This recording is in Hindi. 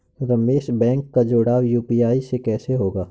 रमेश बैंक का जुड़ाव यू.पी.आई से कैसे होगा?